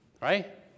Right